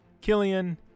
Killian